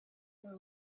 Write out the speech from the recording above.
grow